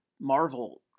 Marvel